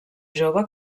jove